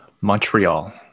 Montreal